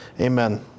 Amen